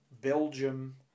Belgium